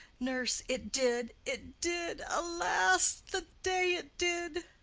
nurse. it did, it did! alas the day, it did!